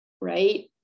right